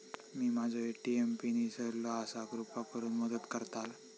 मी माझो ATM PIN इसरलो आसा कृपा करुन मदत करताल